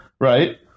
right